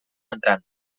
entrant